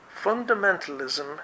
fundamentalism